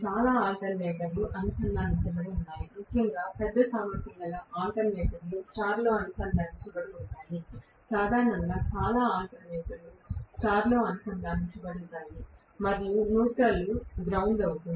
చాలా ఆల్టర్నేటర్లు అనుసంధానించబడి ఉన్నాయి ముఖ్యంగా పెద్ద సామర్థ్యం గల ఆల్టర్నేటర్లు స్టార్ లో అనుసంధానించబడి ఉంటాయి సాధారణంగా చాలా ఆల్టర్నేటర్లు స్టార్ లో అనుసంధానించబడతాయి మరియు న్యూట్రల్ గ్రౌన్దేడ్ అవుతుంది